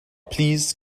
please